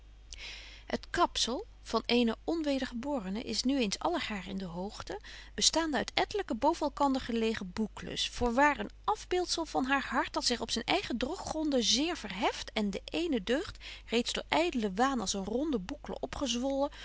het kapzel van eene onwedergeborene is nu eens allegaar in de hoogte bestaande uit ettelyke boven elkander gelegde boucles voorwaar een afbeeldsel van haar hart dat zich op zyn eigen droggronden zeer verheft en de eene deugd reeds door ydlen waan als een ronde boucle opgezwollen